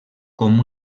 com